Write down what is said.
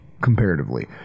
comparatively